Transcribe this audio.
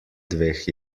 dveh